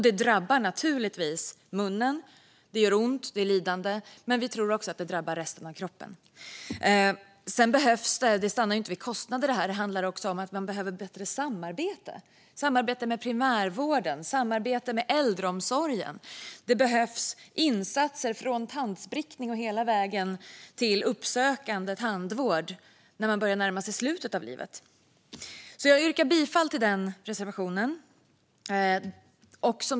Det drabbar naturligtvis munnen. Det gör ont och ger lidande. Men vi tror också att det drabbar resten av kroppen. Men detta stannar inte vid kostnader. Det handlar också om att man behöver bättre samarbete med primärvården och äldreomsorgen. Det behövs insatser hela vägen från tandsprickning till uppsökande tandvård när man börjar närma sig slutet av livet. Jag yrkar bifall till reservationen.